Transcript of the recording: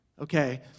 Okay